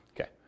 Okay